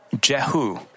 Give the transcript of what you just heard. Jehu